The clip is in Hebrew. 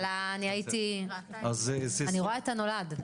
אני הייתי, אני רואה את הנולד.